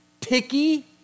picky